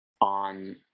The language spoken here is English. on